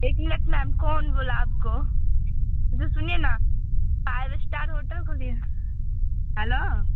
एक minute ma'am कौन बोला आपको इधर सुनिए ना फाइव स्टार होटल खोलिए हैलो